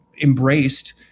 embraced